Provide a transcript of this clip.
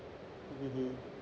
mmhmm